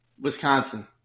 Wisconsin